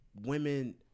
women